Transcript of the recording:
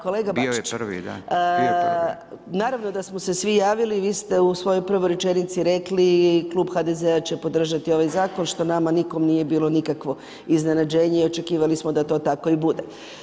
Kolega Bačić, [[Upadica Radin: Bio je prvi, da.]] naravno da smo se svi javili, vi ste u svojoj prvoj rečenici rekli klub HDZ-a će podržati ovaj zakon, što nam nikome nije bilo nikakvo iznenađenje i očekivali smo da to tako i bude.